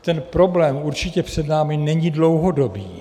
Ten problém určitě před námi není dlouhodobý.